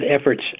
efforts